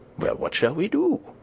well, what shall we do?